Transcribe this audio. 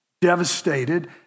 Devastated